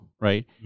right